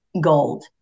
gold